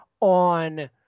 on